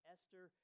Esther